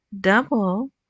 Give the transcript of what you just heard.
double